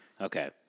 Okay